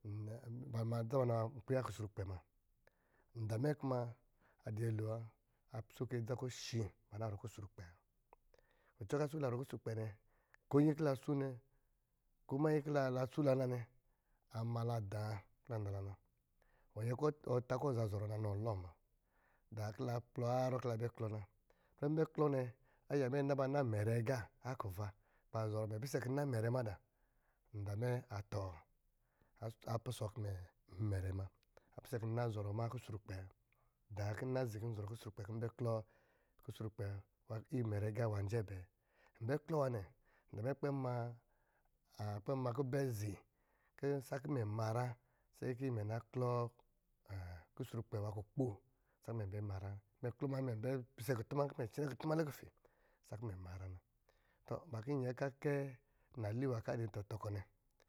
Ba ma adza ba naba naba kusrkpɛ mna nda mɛ kuma adɔ̄ nyolo kɔ̄ a pisɛ kɔ̄ adza shi ba zɔrɔ kusrukpɛ nɛwa kucɔ kɔ̄ a pisɛ kɔ̄ la zɔrɔ kusrukpɛ nɛ, ko nnyi kɔ̄ la so nɛ, ko ma nnyi kɔ̄ la so la na nɛ amala dā, iwɔ nyɛn kɔ̄ takɔ̄ iwɔn za zɔrɔ na inɔn alɔɔ na dāā kɔ̄ la kplɔ yar kɔ̄ la bɛ kɔ na. Nna mɛ kɔ̄ la bɛ klɔ nɛ aya mɛ na ba na mɛ rɛ agā akuva, imɛ ma mɛ pisɛ nna mɛrɛ agā madā, nda mɛ a tɔɔ, apusɔɔ kɔ̄ mɛ nmɛrɛ ma apisɛ kɔ̄ nna zɔrɔ ma ku srukpɛ wa. Dā kɔ̄ nna zi kusrukpɛ nwā imɛrɛ nwā yɛɛbɛɛ, nbɛ klɔ nwā nɛ nda mɛ a kpɛ ma kubɛ zi imɛn ma nyrā mna, sai kɔ̄ imɛ na klɔ kusrukpɛ nwā kukpo sakɔ̄ imɛn bɛ ma nyrā.